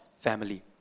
family